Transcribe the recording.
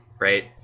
Right